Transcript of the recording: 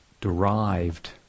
derived